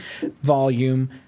volume